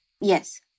Yes